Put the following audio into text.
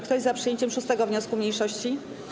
Kto jest za przyjęciem 6. wniosku mniejszości?